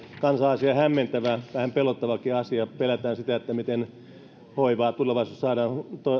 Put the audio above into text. kansalaisia hämmentävä vähän pelottavakin asia pelätään sitä miten hoivaa tulevaisuudessa saadaan